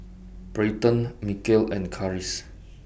Brayden Mikeal and Karis